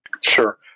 Sure